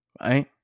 Right